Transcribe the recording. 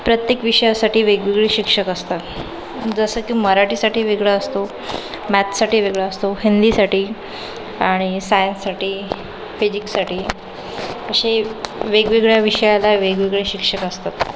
प्रत्येक विषयासाठी वेगवेगळे शिक्षक असतात जसं की मराठीसाठी वेगळा असतो मॅथ्ससाठी वेगळा असतो हिंदीसाठी आणि सायन्ससाठी फिजिक्ससाठी असे वेगवेगळ्या विषयाला वेगवेगळे शिक्षक असतात